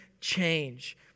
change